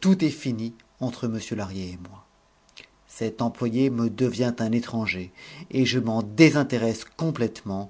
tout est fini entre m lahrier et moi cet employé me devient un étranger et je m'en désintéresse complètement